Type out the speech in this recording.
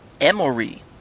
Emory